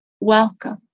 welcome